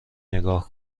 نگاه